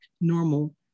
normal